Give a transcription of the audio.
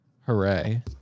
Hooray